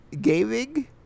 gaming